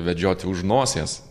vedžioti už nosies